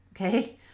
Okay